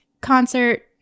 concert